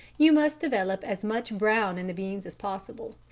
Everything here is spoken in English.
you must develop as much brown in the beans as possible.